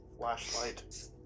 Flashlight